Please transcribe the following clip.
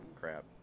Crap